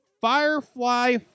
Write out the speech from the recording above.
Firefly